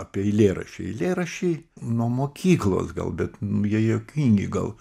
apie eilėraščiai eilėraščiai nuo mokyklos gal bet nu jie juokingi gal